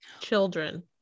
children